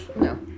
No